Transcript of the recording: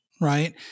right